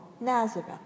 Nazareth